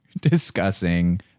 discussing